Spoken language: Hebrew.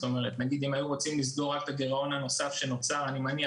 אם היו רוצים רק לסגור את הגירעון הנוסף שנוצר אני מניח